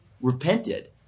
repented